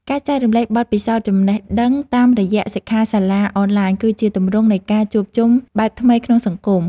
ការចែករំលែកបទពិសោធន៍ចំណេះដឹងតាមរយៈសិក្ខាសាលាអនឡាញ គឺជាទម្រង់នៃការជួបជុំបែបថ្មីក្នុងសង្គម។